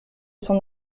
son